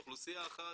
אגב,